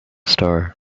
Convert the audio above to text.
star